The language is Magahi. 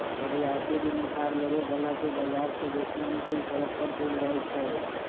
रियायती ऋण उधार लेबे बला के बजार से बेशी अनुकूल शरत पर देल जाइ छइ